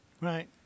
Right